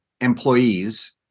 employees